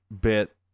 bit